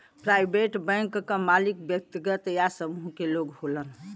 private bank क मालिक व्यक्तिगत या समूह में लोग होलन